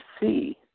see